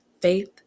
faith